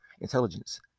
intelligence